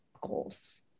goals